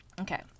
Okay